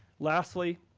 lastly,